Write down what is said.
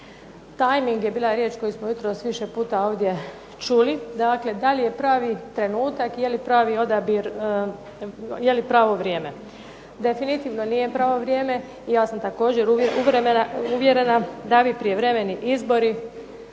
Tajming je bila riječ koju smo jutros više puta ovdje čuli, dakle da li je pravi trenutak, je li pravi odabir, je li pravo vrijeme. Definitivno nije pravo vrijeme i ja sam također uvjerena da bi prijevremeni izbori